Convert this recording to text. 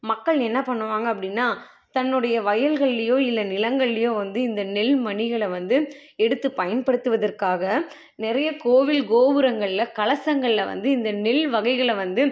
மக்கள் என்ன பண்ணுவாங்க அப்படின்னா தன்னுடைய வயல்கள்லேயோ இல்லை நிலங்கள்லேயோ வந்து இந்த நெல்மணிகளை வந்து எடுத்து பயன்படுத்துவதற்காக நிறைய கோவில் கோபுரங்களில் கலசங்களில் வந்து இந்த நெல் வகைகளை வந்து